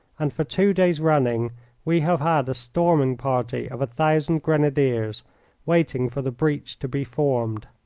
and for two days running we have had a storming party of a thousand grenadiers waiting for the breach to be formed.